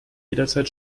jederzeit